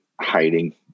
hiding